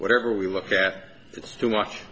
whatever we look at it's too much